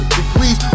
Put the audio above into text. degrees